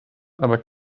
aber